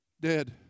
dead